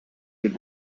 den